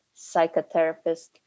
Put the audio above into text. psychotherapist